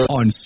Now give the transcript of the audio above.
on